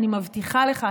אני מבטיחה לך,